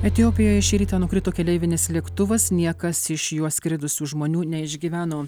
etiopijoj šįryt nukrito keleivinis lėktuvas niekas iš juo skridusių žmonių neišgyveno